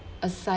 aside